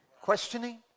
questioning